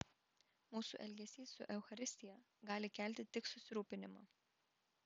mūsų elgesys su eucharistija gali kelti tik susirūpinimą